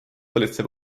politsei